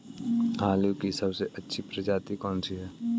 आलू की सबसे अच्छी प्रजाति कौन सी है?